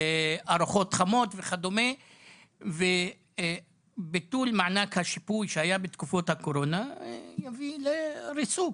ארוחות חמות וכד' וביטול מענק השיפוי שהיה בתקופת הקורונה יביא לריסוק,